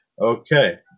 Okay